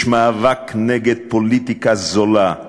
יש מאבק נגד פוליטיקה זולה,